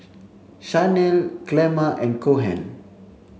Shanell Clemma and Cohen